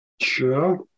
Sure